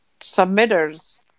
submitters